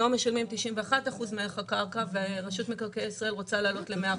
היום משלמים 91% מערך הקרקע ורשות מקרקעי ישראל רוצה להעלות ל-100%,